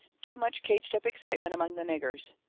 too much caged-up excitement among the niggers.